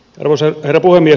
arvoisa herra puhemies